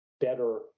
better